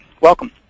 Welcome